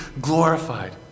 glorified